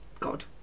God